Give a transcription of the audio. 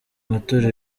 matora